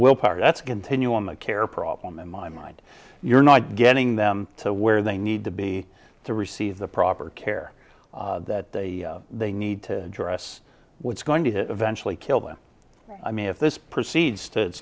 willpower that's continuum of care problem in my mind you're not getting them to where they need to be to receive the proper care that they need to address what's going to eventually kill them i mean if this proceeds to